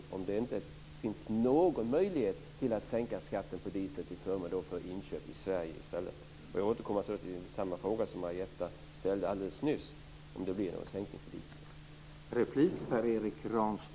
Finns det inte någon möjlighet att sänka skatten på diesel till förmån för inköp i Sverige i stället? Jag återkommer alltså till samma fråga som Marietta de Pourbaix Lundin ställde alldeles nyss om det blir någon sänkning av dieselskatten.